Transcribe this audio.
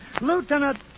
Lieutenant